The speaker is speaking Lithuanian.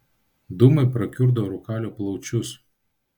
dūmai prakiurdo rūkalių plaučius